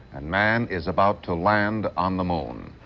and man is about to land on the moon.